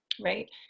right